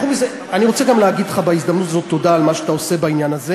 אני רוצה גם להגיד לך בהזדמנות הזאת תודה על מה שאתה עושה בעניין הזה.